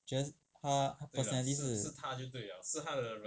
just 她她 personality 是